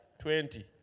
twenty